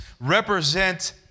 represent